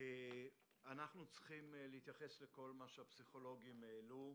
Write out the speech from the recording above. אנחנו צריכים להתייחס לכל מה שהפסיכולוגים העלו.